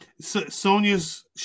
Sonya's